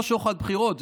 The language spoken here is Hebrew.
לא שוחד בחירות,